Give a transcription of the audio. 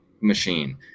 machine